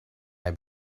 have